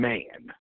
Man